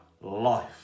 life